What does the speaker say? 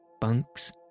bunks